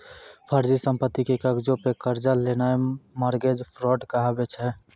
फर्जी संपत्ति के कागजो पे कर्जा लेनाय मार्गेज फ्राड कहाबै छै